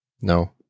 No